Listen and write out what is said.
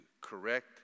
correct